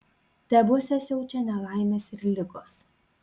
tebuose siaučia nelaimės ir ligos